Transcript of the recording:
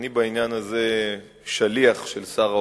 אני בעניין הזה שליח של שר האוצר,